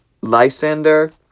Lysander